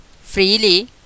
Freely